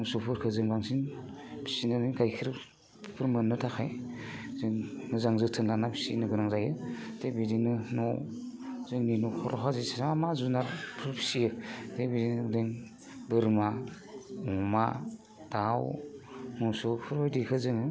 मोसौफोरखौ जों बांसिन फिनानै गायखेरफोर मोननो थाखाय जों मोजां जोथोन लाना फिनो गोनां जायो थिग बिदिनो न' जोंनि न'खरावहाय जेसेबां जुनादफोर फियो जेरै बोरमा अमा दाउ मोसौ बेफोरबायदिखौ जोङो